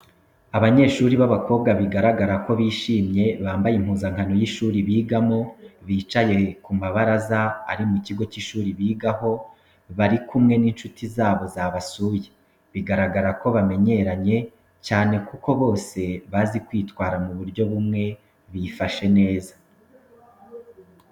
Abanyeshuri b'abakobwa bigaragara ko bishimye bambaye impuzankano y'ishuri bigamo, bicaye ku mabaraza ari mu kigo cy'ishuri bigaho bari kumwe n'inshuti zabo zabasuye, bigaragara ko bamenyeranye cyane kandi ko bose bazi kwitwara mu buryo bumwe bifashe neza.